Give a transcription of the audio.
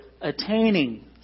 attaining